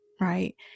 right